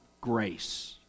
grace